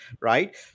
right